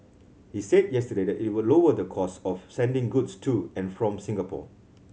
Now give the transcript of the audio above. he said yesterday that it will lower the costs of sending goods to and from Singapore